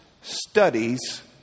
studies